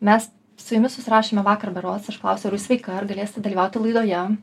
mes su jumis susirašėme vakar berods aš klausiau ar ji sveika ar galėsite dalyvauti laidoje